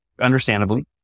understandably